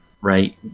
right